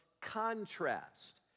contrast